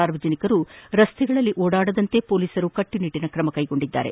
ಸಾರ್ವಜನಿಕರು ರಸ್ತೆಗಳಲ್ಲಿ ಓಡಾಡದಂತೆ ಮೊಲೀಸರು ಕಟ್ಟುನಿಟ್ಟನ ತ್ರಮ ತೆಗೆದುಕೊಂಡಿದ್ದಾರೆ